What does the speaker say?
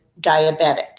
diabetic